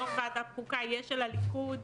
יושב-ראש ועדת חוקה יהיה של הליכוד.